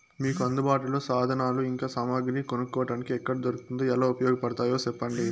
మీకు అందుబాటులో సాధనాలు ఇంకా సామగ్రి కొనుక్కోటానికి ఎక్కడ దొరుకుతుందో ఎలా ఉపయోగపడుతాయో సెప్పండి?